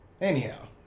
Anyhow